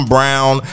Brown